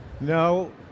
No